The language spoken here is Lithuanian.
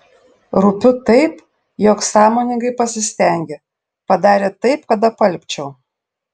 rūpiu taip jog sąmoningai pasistengė padarė taip kad apalpčiau